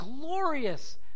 glorious